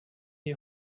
die